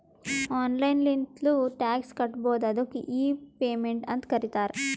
online ಲಿಂತ್ನು tax ಕಟ್ಬೋದು ಅದ್ದುಕ್ ಇ ಪೇಮೆಂಟ್ ಅಂತ್ ಕರೀತಾರ